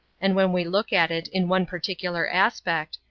and when we look at it in one particular aspect,